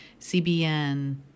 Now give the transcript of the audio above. cbn